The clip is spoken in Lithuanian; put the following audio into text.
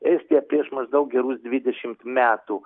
estija prieš maždaug gerus dvidešimt metų